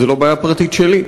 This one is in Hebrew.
זו לא בעיה פרטית שלי,